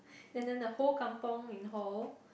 and then the whole kampung in hall